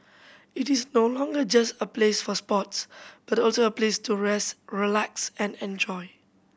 it is no longer just a place for sports but also a place to rest relax and enjoy